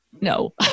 No